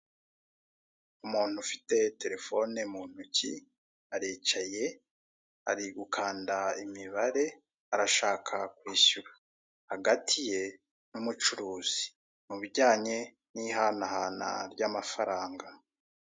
Umuntu ufite telefone mu ntoki aricaye ari gukanda imibare arashaka kwishyura hagati ye n'umucuruzi mu bijyanye n'ihanahana ry'amafaranga.